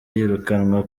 yirukanwa